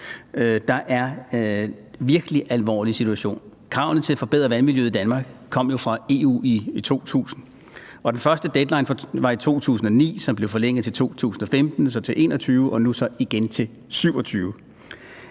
er en virkelig alvorlig situation. Kravene til at forbedre vandmiljøet i Danmark kom jo fra EU i 2000. Den første deadline var i 2009, som blev forlænget til 2015, så til 2021, og nu så igen til 2027.